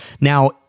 Now